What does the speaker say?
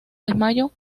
desmayo